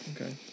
Okay